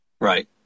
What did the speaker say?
Right